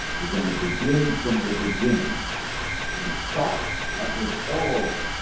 we're going to begin from the beginning. we're going to start like it's all over.